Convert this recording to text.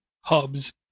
hubs